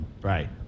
Right